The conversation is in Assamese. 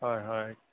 হয় হয়